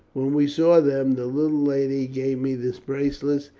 when we saw them the little lady gave me this bracelet,